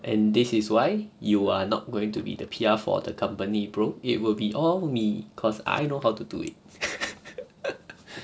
and this is why you are not going to be the P_R for the company bro it will be all me cause I know how to do it